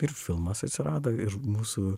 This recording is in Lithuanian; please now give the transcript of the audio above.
ir filmas atsirado ir mūsų